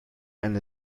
einer